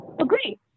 agree